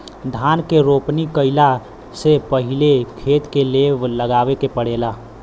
धान के रोपनी कइला से पहिले खेत के लेव लगावे के पड़ेला